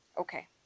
Okay